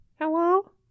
Hello